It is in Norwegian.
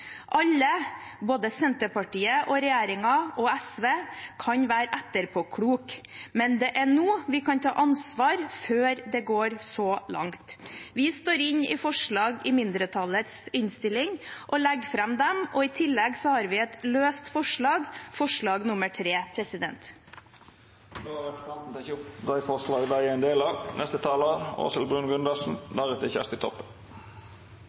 Alle, både Senterpartiet og regjeringen og SV, kan være etterpåkloke, men det er nå vi kan ta ansvar, før det går så langt. Vi står inne i et mindretallsforslag i innstillingen, og jeg legger fram det. I tillegg har vi et løst forslag, forslag nr. 3, som jeg også tar opp. Representanten Ingvild Kjerkol har teke opp